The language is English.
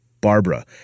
Barbara